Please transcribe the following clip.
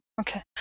Okay